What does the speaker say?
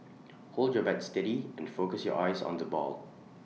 hold your bat steady and focus your eyes on the ball